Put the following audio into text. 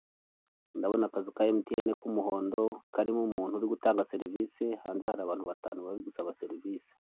Ndabona akazu ka MTN k'umuhondo karimo umuntu uri gutanga serivise, hanze hari abantu batanu bari gusaba serivise.